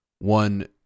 One